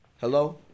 Hello